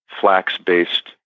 flax-based